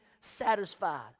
satisfied